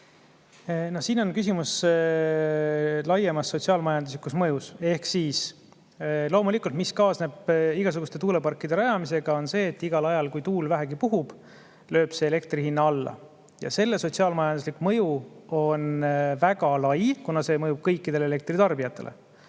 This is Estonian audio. Siin on küsimus laiemas sotsiaal-majanduslikus mõjus. Loomulikult, igasuguste tuuleparkide rajamisega kaasneb see, et igal ajal, kui tuul vähegi puhub, lööb see elektri hinna alla. Ja selle sotsiaal-majanduslik mõju on väga lai, kuna see mõjub kõikidele elektritarbijatele.